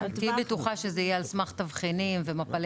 תהיי בטוחה שזה יהיה על סמך תבחינים ומפלי